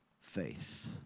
faith